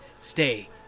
Stay